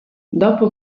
dopo